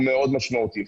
הוא מאוד משמעותי.